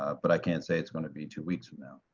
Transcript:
but i can't say it's going to be two weeks from now.